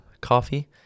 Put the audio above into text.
coffee